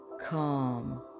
calm